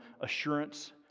assurance